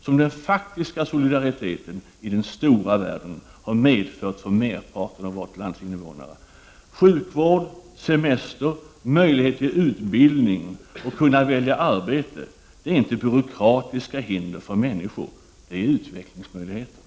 som den faktiska solidariteten i den stora världen har medfört för merparten av landets medborgare. God sjukvård, semester, möjligheter till utbildning och att kunna välja arbete är inte byråkratiska hinder för människor. Det är utvecklingsmöjligheter.